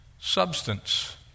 substance